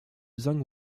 zhang